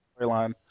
storyline